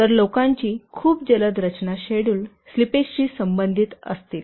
तर लोकांची खूप जलद रचना शेड्यूल स्लिपेजशी संबंधित असतील